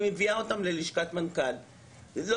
אני מביאה אותם ללשכת המנכ"ל.